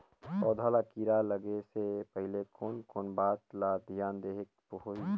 पौध ला कीरा लगे से पहले कोन कोन बात ला धियान देहेक होही?